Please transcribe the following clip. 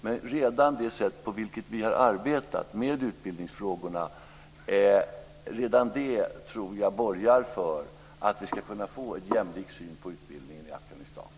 Men redan det sätt på vilket vi har arbetat med utbildningsfrågorna tror jag borgar för att vi ska kunna få en jämlik syn på utbildningen i Afghanistan.